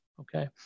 Okay